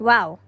Wow